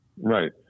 right